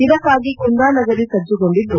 ಇದಕ್ಕಾಗಿ ಕುಂದಾನಗರಿ ಸಜ್ಜುಗೊಂಡಿದ್ದು